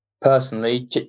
personally